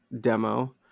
demo